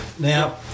Now